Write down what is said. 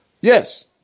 Yes